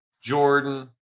Jordan